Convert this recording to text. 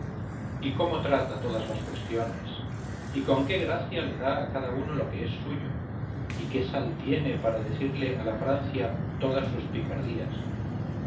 y cómo trata todas las cuestiones y con qué gracia le da a cada uno lo que es suyo y qué sal tiene para decirle a la francia todas sus picardías